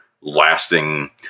lasting